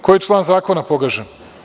Koji član zakona je pogažen?